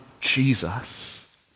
Jesus